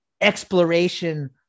exploration